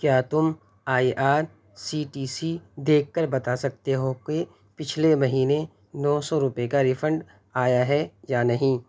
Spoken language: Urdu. کیا تم IRCTC دیکھ کر بتا سکتے ہو کہ پچھلے مہینے نو سو روپے کا ریفنڈ آیا ہے یا نہیں